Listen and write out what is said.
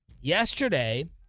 yesterday